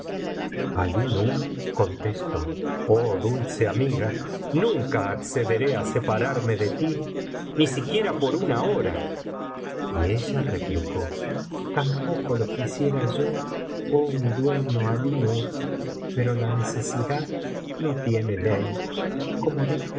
aií ñur contestó oh dulce amiga nunca accederé á separarme de ti ni siquiera por una hora y ella replicó tampoco lo quisiera yo oh mi dueño alí nur pero la necesidad no tiene ley como dijo